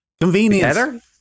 Convenience